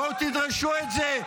בואו, תדרשו את זה.